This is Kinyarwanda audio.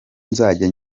nzajya